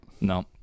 No